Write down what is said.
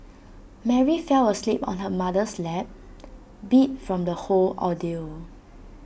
Mary fell asleep on her mother's lap beat from the whole ordeal